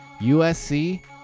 USC